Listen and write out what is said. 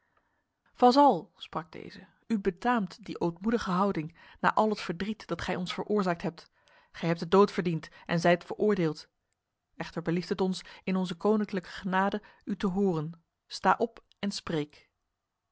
vazal sprak deze u betaamt die ootmoedige houding na al het verdriet dat gij ons veroorzaakt hebt gij hebt de dood verdiend en zijt veroordeeld echter belieft het ons in onze koninklijke genade u te horen sta op en spreek